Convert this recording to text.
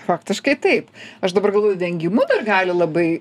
faktiškai taip aš dabar galvoju vengimu dar gali labai